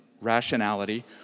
rationality